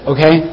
Okay